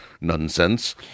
nonsense